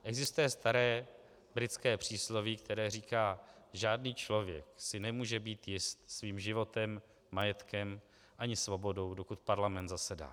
Existuje staré britské přísloví, které říká: Žádný člověk si nemůže být jist svým životem, majetkem ani svobodou, dokud parlament zasedá.